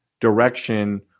direction